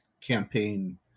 campaign